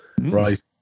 right